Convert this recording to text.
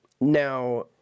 Now